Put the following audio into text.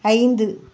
ஐந்து